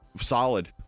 solid